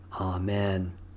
Amen